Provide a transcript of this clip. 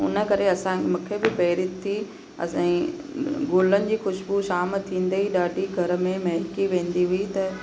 उन करे असां मूंखे बि पहिरीं थी असांई गुलनि जी ख़ुशबु शाम थींदे ई ॾाढी घर में महकी वेंदी हुई त